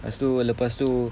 lepas tu lepas tu